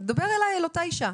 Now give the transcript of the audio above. דבר אליי, אל אותה אישה.